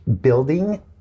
building